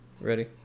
Ready